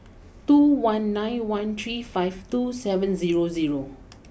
two one nine one three five two seven zero zero